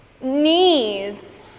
Knees